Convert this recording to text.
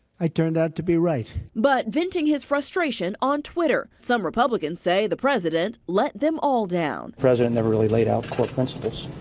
i turned out to be right, but venting his frustration on twitter. some republicans say the president let them all down. the president never really laid out the core principles